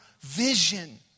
vision